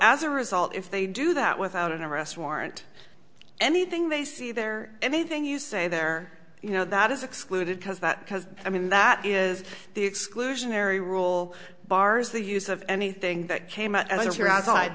as a result if they do that without an arrest warrant anything they see there anything you say there you know that is excluded because that because i mean that is the exclusionary rule bars the use of anything that came out